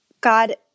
God